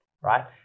right